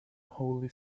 holy